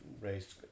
raised